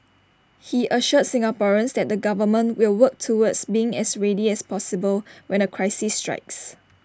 he assured Singaporeans that the government will work towards being as ready as possible when A crisis strikes